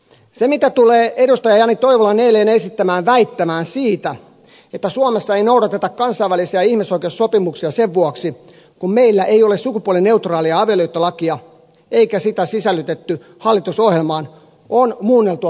se mitä tulee edustaja jani toivolan eilen esittämään väittämään siitä että suomessa ei noudateta kansainvälisiä ihmisoikeussopimuksia sen vuoksi että meillä ei ole sukupuolineutraalia avioliittolakia eikä sitä sisällytetty hallitusohjelmaan on muunneltua totuutta